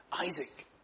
Isaac